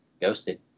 ghosted